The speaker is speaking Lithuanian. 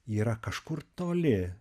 yra kažkur toli